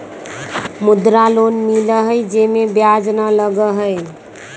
मुद्रा लोन मिलहई जे में ब्याज न लगहई?